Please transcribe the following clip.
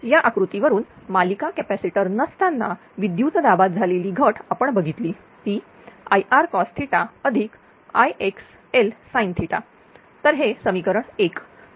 या आकृतीवरून मालिका कॅपॅसिटर नसताना विद्युत दाबात झालेली घट आपण बघितली ती IrcosIxlsin तर हे समीकरण 1